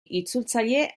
itzultzaile